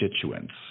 constituents